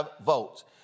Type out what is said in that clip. votes